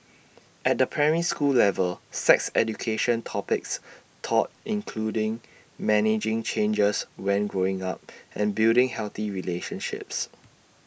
at the primary school level sex education topics taught including managing changes when growing up and building healthy relationships